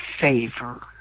favor